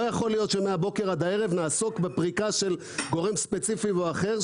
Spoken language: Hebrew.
לא יכול להיות שמהבוקר עד הערב נעסוק בפריקה של גורם ספציפי או אחר,